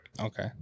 Okay